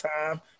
time